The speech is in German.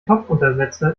topfuntersetzer